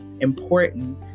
important